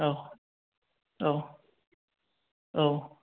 औ औ औ